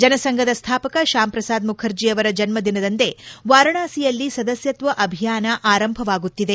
ಜನಸಂಘದ ಸ್ನಾಪಕ ಶ್ಲಾಮ್ ಪ್ರಸಾದ್ ಮುಖರ್ಜಿ ಅವರ ಜನ್ನದಿನದಂದೇ ವಾರಣಾಸಿಯಲ್ಲಿ ಸದಸ್ನತ್ತ ಅಭಿಯಾನ ಆರಂಭವಾಗುತ್ತಿದೆ